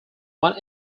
one